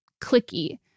clicky